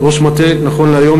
ראש המטה נכון להיום,